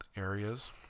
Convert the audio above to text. areas